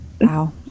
Wow